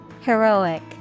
Heroic